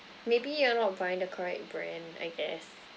maybe you are not find the correct brand I guess